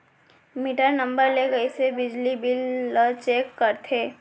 Metre number ले कइसे बिजली बिल ल चेक करथे?